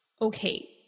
okay